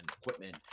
equipment